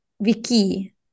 Vicky